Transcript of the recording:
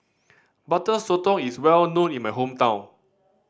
Butter Sotong is well known in my hometown